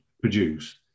produce